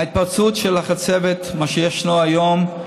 ההתפרצות של החצבת, מה שישנו היום,